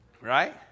Right